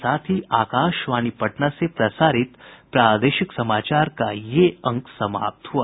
इसके साथ ही आकाशवाणी पटना से प्रसारित प्रादेशिक समाचार का ये अंक समाप्त हुआ